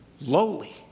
lowly